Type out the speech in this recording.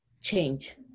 change